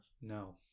no